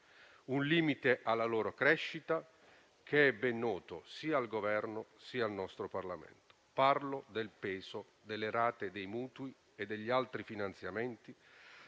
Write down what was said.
un limite alla loro crescita che è ben noto sia al Governo sia al nostro Parlamento. Parlo del peso delle rate dei mutui e degli altri finanziamenti